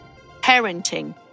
parenting